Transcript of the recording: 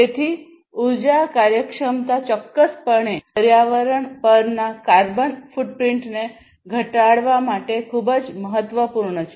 તેથી ઉર્જા કાર્યક્ષમતા ચોક્કસપણે પર્યાવરણ પરના કાર્બન ફૂટપ્રિન્ટને ઘટાડવા માટે ખૂબ જ મહત્વપૂર્ણ છે